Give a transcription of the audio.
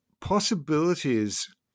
possibilities